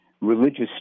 religious